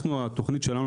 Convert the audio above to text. התכנית שלנו,